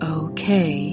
okay